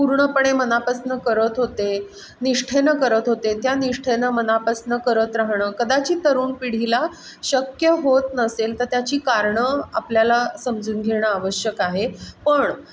पूर्णपणे मनापासून करत होते निष्ठ्ठेनं करत होते त्या निष्ठ्ठेनं मनापासून करत राहणं कदाचित तरुण पिढीला शक्य होत नसेल तर त्याची कारणं आपल्याला समजून घेणं आवश्यक आहे पण